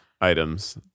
items